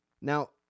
Now